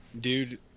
dude